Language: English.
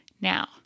Now